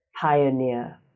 pioneer